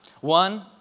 One